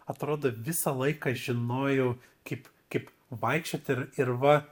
atrodo visą laiką žinojau kaip kaip vaikščioti ir ir va